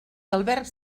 albergs